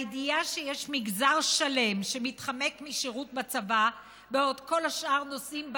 הידיעה שיש מגזר שלם שמתחמק משירות בצבא בעוד כל השאר נושאים בעול,